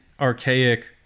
archaic